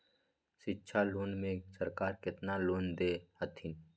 शिक्षा लोन में सरकार केतना लोन दे हथिन?